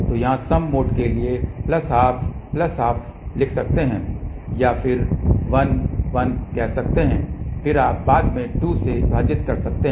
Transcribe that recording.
तो यहां sum mode के लिये प्लस हाफ प्लस हाफ लिख सकते है या आप 1 1 कह सकते हैं और फिर आप बाद में 2 से विभाजित कर सकते हैं